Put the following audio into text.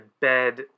bed